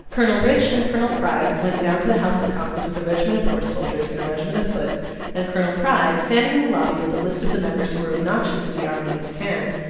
colonel rich and colonel pride went down to the house of commons with a regiment of horse soldiers and a regiment of foot and colonel pride, standing in the lobby with a list of the members who were obnoxious to the army in his hand,